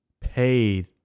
paid